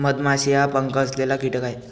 मधमाशी हा पंख असलेला कीटक आहे